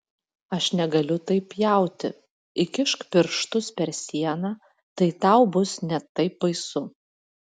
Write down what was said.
aš negaliu taip pjauti įkišk pirštus per sieną tai tau bus net taip baisu